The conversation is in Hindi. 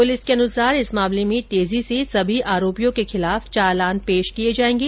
पुलिस के अनुसार इस मामले में तेजी से सभी आरोपियों के खिलाफ चालान पेश किए जाएंगे